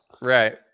Right